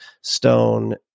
stone